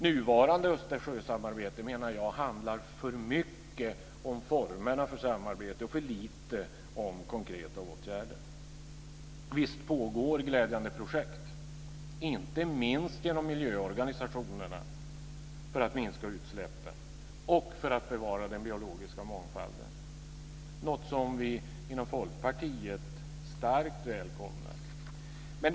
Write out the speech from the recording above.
Nuvarande Östersjösamarbete handlar för mycket om formerna för samarbete och för lite om konkreta åtgärder. Visst pågår glädjande projekt - inte minst genom miljöorganisationerna - för att minska utsläppen och för att bevara den biologiska mångfalden. Det är något som vi inom Folkpartiet starkt välkomnar.